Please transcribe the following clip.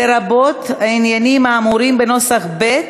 לרבות העניינים האמורים בנוסח ב',